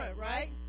right